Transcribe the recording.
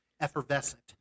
effervescent